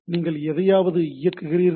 நீங்கள் எதையாவது இயக்குகிறீர்கள்